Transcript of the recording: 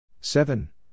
Seven